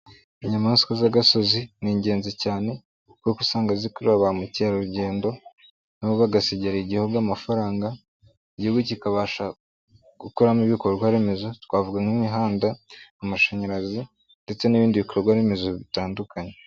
Inyamaswa z'agasozi ni ingenzi cyane kuko usanga zikurura ba mukerarugendo na bo bagasigira Igihugu amafaranga, Igihugu kikabasha gukoramo ibikorwaremezo twavuga nk'imihanda, amashanyarazi ndetse n'ibindi bikorwaremezo bitandukanye.